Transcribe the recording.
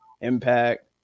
Impact